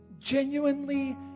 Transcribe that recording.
genuinely